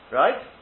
right